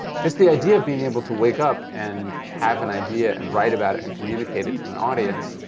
just the idea of being able to wake up and have an idea and write about it and communicate it to an audience,